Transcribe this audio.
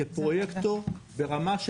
פרויקטור ברמה,